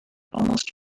almost